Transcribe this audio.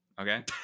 Okay